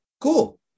cool